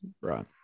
Right